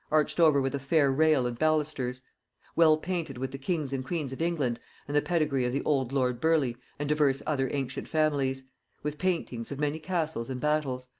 arched over with a fair rail and ballustres well painted with the kings and queens of england and the pedigree of the old lord burleigh and divers other ancient families with paintings of many castles and battles